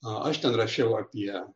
aš ten rašiau apie